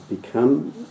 become